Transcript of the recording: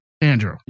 Andrew